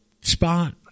spot